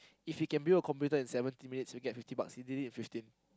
if he can build a computer in seventeen minutes he will get fifty bucks he did it in fifteen